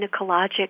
gynecologic